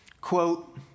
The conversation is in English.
Quote